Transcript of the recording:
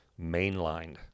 mainlined